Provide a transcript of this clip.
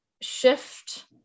shift